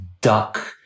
duck